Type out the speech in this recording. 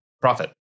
profit